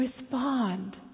respond